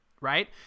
right